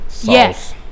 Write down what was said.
Yes